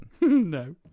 No